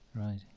Right